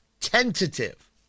Tentative